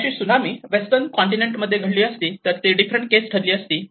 अशी tsunami western continent मध्ये घडली असते तर ती डिफरंट केस ठरली असती